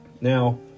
Now